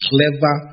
Clever